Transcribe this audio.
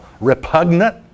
repugnant